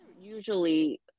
usually